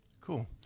Cool